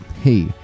hey